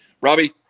Robbie